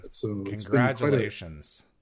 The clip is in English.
Congratulations